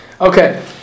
okay